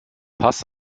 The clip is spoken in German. pass